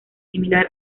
similar